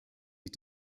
die